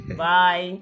Bye